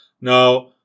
Now